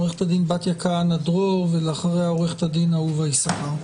עוה"ד בתיה כהנא דרור, ולאחריה עוה"ד אהובה יששכר.